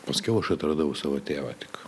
paskiau aš atradau savo tėvą tik